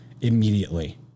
immediately